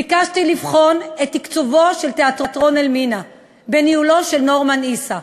ביקשתי לבחון את תקצובו של תיאטרון "אלמינא" בניהולו של נורמן עיסא.